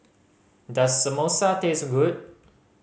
does Samosa taste good